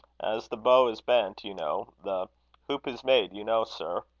as the bow is bent, you know the hoop is made, you know, sir.